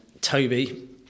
Toby